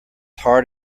hard